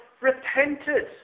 repented